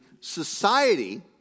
society